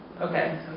Okay